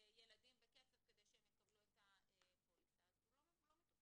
ילדים בקצב כדי שהם יקבלו את הפוליסה אז הם לא מטופלים.